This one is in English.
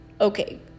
Okay